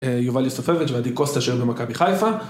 יובל יוסופביץ' ועדי קוסטה שר במכבי חיפה.